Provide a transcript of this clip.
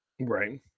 Right